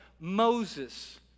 Moses